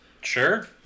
sure